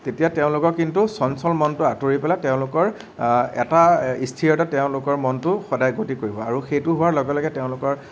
তেতিয়া তেওঁলোকৰ কিন্তু চঞ্চল মনটো আঁতৰি পেলাই তেওঁলোকৰ এটা স্থিৰতাত তেওঁলোকৰ মনটো সদায় গতি কৰিব আৰু সেইটো হোৱাৰ লগে লগে তেওঁলোকৰ